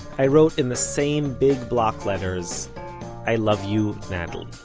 i wrote in the same big block letters i love you, natalie.